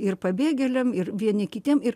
ir pabėgėliam ir vieni kitiem ir